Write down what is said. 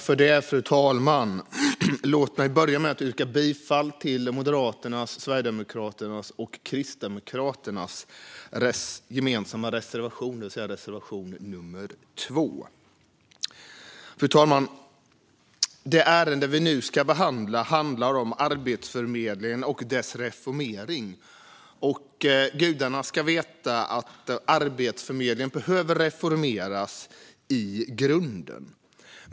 Fru talman! Låt mig börja med att yrka bifall till Moderaternas, Sverigedemokraternas och Kristdemokraternas gemensamma reservation, det vill säga reservation nummer 2. Fru talman! Det ärende vi nu ska behandla handlar om Arbetsförmedlingen och dess reformering, och gudarna ska veta att Arbetsförmedlingen behöver reformeras i grunden.